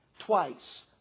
Twice